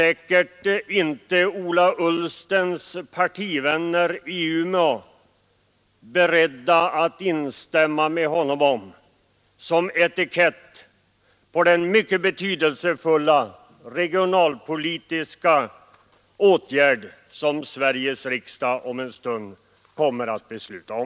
Sådana betyg som ”elände” är Ola Ullstens partivänner i Umeå säkert inte beredda att instämma i när det gäller som betygsättning på den mycket betydelsefulla regionalpolitiska reform som Sveriges riksdag strax kommer att besluta om.